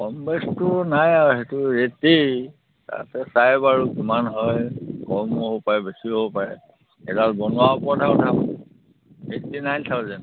কম বেছটো নাই আৰু সেইটো ৰেটেই তাতে চাই বাৰু কিমান হয় কম হ'বও পাৰে বেছিও হ'ব পাৰে সেইডাল বনোৱাৰ ওপৰতহে কথা এইটটি নাইন থাওজেণ্ড